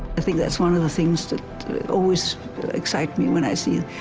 i think that's one of the things that always excited me when i see